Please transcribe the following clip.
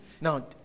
now